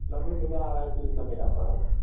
लेबै तऽ ओएह अढ़ाइ तीन सए टका पड़त